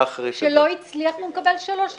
כי יכול להיות מצב שמחבל מתאבד שלא הצליח מקבל שלוש שנים.